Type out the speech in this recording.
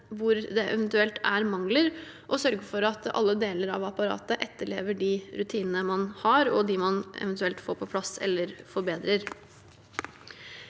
hvor det eventuelt er mangler og sørge for at alle deler av apparatet etterlever de rutinene man har, og dem man eventuelt får på plass eller forbedrer.